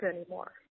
anymore